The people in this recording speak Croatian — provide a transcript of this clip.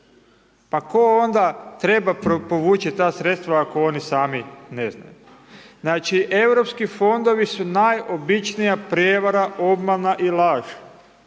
Pa ko onda povući ta sredstva ako oni sami ne znaju. Znači EU fondovi su najobičnija prijevara, obmana i laž,